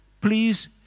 Please